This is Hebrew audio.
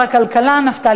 התרבות